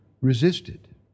resisted